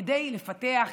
כדי לפתח,